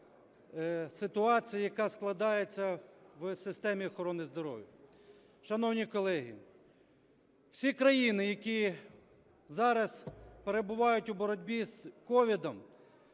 ситуації, яка складається в системі охорони здоров'я. Шановні колеги, всі країни, які зараз перебувають у боротьбі з COVID,